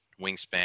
wingspan